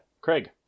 craig